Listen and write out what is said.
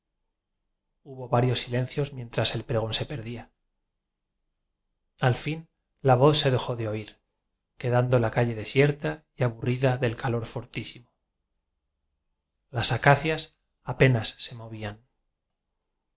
hubo varios silencios mientras el pregón se perdía al fin la voz se dejó de oir que dando la calle desierta y aburrida del calor tortísimo las acacias apenas se movían